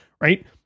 Right